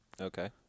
Okay